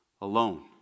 alone